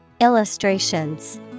Illustrations